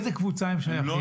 לאיזו קבוצה הם שייכים?